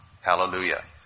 hallelujah